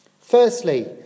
Firstly